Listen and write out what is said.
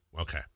Okay